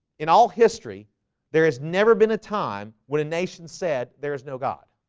in all history there has never been a time when a nation said there is no god